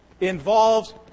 involves